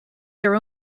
their